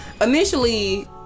Initially